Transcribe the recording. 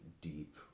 deep